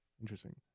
Interesting